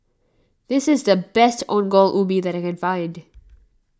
this is the best Ongol Ubi that I can find